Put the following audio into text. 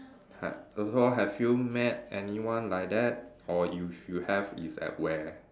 pet so have you met anyone like that or you you have is at where